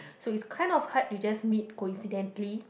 so it's kind of hard to just meet coincidentally